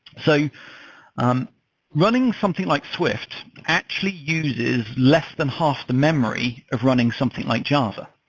so um running something like swift actually uses less than half the memory of running something like java,